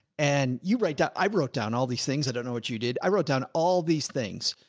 and you write down, i wrote down all these things. i don't know what you did. i wrote down all these things.